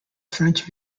french